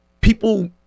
people